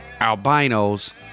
albinos